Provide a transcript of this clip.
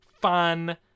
fun